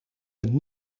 een